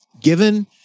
Given